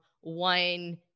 one